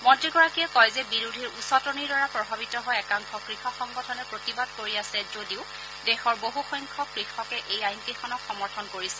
মন্ত্ৰীগৰাকীয়ে কয় যে বিৰোধীৰ উচটনিৰ দ্বাৰা প্ৰভাৱিত হৈ একাংশ কৃষক সংগঠনে প্ৰতিবাদ কৰি আছে যদিও দেশৰ বহুসংখ্যক কৃষকে এই আইনকেইখনক সমৰ্থন কৰিছে